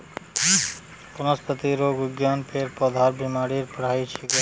वनस्पतिरोग विज्ञान पेड़ पौधार बीमारीर पढ़ाई छिके